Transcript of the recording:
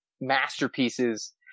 masterpieces